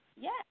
yes